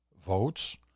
votes